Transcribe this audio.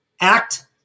act